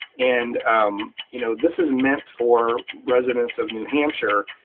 and um you know this is meant for residents of new hampshire,